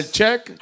check